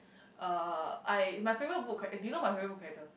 uh I my favourite book right eh do you know my favourite book character